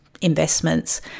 investments